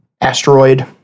asteroid